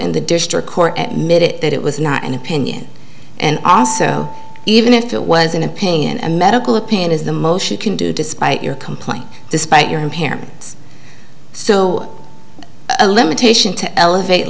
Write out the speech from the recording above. in the district court at mit it that it was not an opinion and also even if it was an opinion and medical opinion is the most you can do despite your complaint despite your impairments so a limitation to elevate